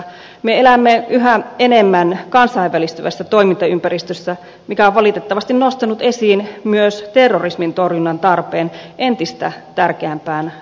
me elämme yhä enemmän kansainvälistyvässä toimintaympäristössä mikä on valitettavasti nostanut myös terrorismin torjunnan tarpeen entistä tärkeämpään osaan